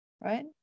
right